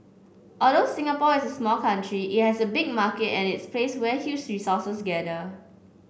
although Singapore is a small country it has a big market and its a place where huge resources gather